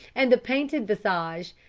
and the painted visage,